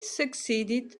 succeeded